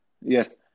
Yes